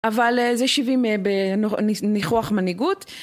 אבל זה שבעים ניחוח מנהיגות